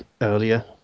earlier